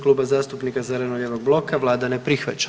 Kluba zastupnika zeleno-lijevog bloka, Vlada ne prihvaća.